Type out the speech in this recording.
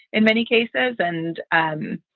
in many cases, and um